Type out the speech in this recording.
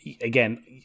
Again